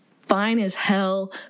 fine-as-hell